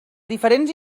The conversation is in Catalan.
diferents